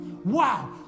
Wow